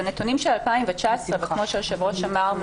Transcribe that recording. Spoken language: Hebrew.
אלה נתונים של שנת 2019 וכמו שהיושב ראש אמר,